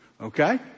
Okay